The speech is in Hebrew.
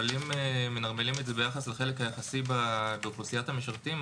אבל אם מנרמלים את זה ביחס לחלק היחסי באוכלוסיית המשרתים,